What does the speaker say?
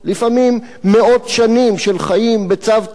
לפעמים מאות שנים של חיים בצוותא,